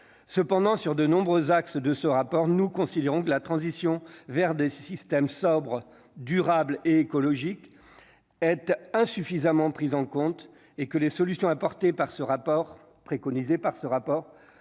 cependant sur de nombreux axes de ce rapport, nous considérons que la transition vers des systèmes sobre durable et écologique être insuffisamment prise en compte et que les solutions apportées par ce rapport préconisées par ce rapport